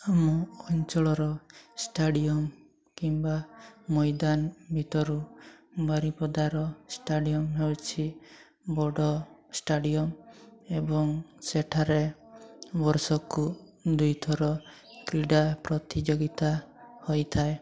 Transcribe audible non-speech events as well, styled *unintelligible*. ଆମ ଅଞ୍ଚଳର ଷ୍ଟାଡ଼ିୟମ କିମ୍ବା ମଇଦାନ ଭିତରୁ ବାରିପଦାର ଷ୍ଟାଡ଼ିୟମ *unintelligible* ବଡ଼ ଷ୍ଟାଡ଼ିୟମ ଏବଂ ସେଠାରେ ବର୍ଷକୁ ଦୁଇଥର କ୍ରୀଡ଼ା ପ୍ରତିଯୋଗିତା ହୋଇଥାଏ